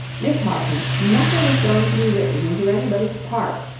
miss hobson, nothing is going to be written into anybody's part.